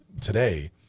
today